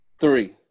three